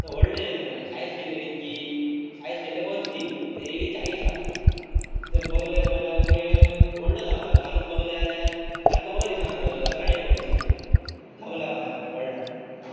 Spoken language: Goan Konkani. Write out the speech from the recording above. ते व्हडले येयले मरे सायझ केल्ली कितकी सायझ केल्ले बत्तीस ते येयली चाळीसाक ते बघले बघले मागीर व्हडलो जावं लागलो घालून बघले जाल्यार सारको बरो दिसांक लागलोलो साडये कसां दिसांक लागलां झबलां कसां सारकें व्हडल्यां